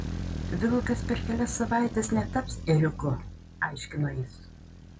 vilkas per kelias savaites netaps ėriuku aiškino jis